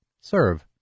Serve